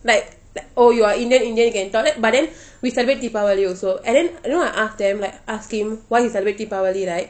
like like oh you are indian in the end you can talk then but then we celebrate deepavali also and then you know I ask them like ask him why he celebrate deepavali right